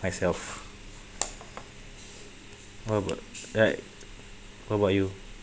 myself what about right what about you